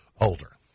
older